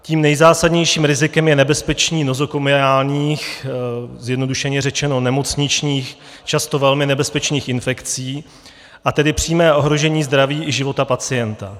Tím nejzásadnějším rizikem je nebezpečí nozokomiálních, zjednodušeně řečeno nemocničních, často velmi nebezpečných infekcí, a tedy přímé ohrožení zdraví i života pacienta.